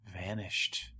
vanished